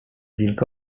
wilk